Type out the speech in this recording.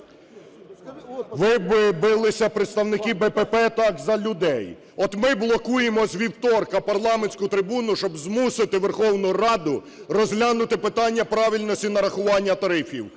Ви билися, представники БПП, так за людей. От ми блокуємо з вівторка парламентську трибуну, щоб змусити Верховну Раду розглянути питання правильності нарахування тарифів,